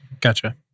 Gotcha